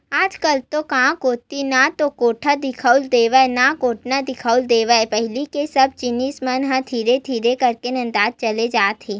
आजकल तो गांव कोती ना तो कोठा दिखउल देवय ना कोटना दिखउल देवय पहिली के सब जिनिस मन ह धीरे धीरे करके नंदावत चले जात हे